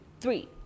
three